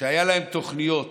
שהיו להם תוכניות